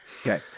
Okay